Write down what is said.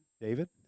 David